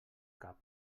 cap